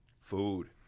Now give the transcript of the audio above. Food